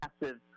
massive